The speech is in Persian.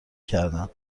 کردن